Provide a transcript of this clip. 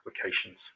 applications